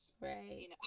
Right